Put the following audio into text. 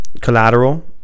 collateral